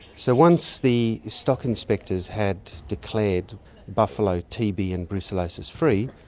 so once the stock inspectors had declared buffalo tb and brucellosis free,